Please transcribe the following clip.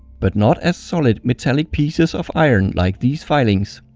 but not as solid metallic pieces of iron like these filings.